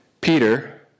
Peter